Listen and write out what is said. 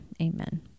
Amen